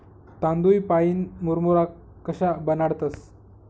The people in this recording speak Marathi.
तांदूय पाईन मुरमुरा कशा बनाडतंस?